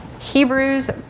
Hebrews